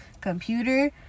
computer